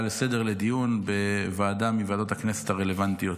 לסדר-היום לדיון בוועדה מוועדות הכנסת הרלוונטיות,